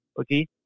okay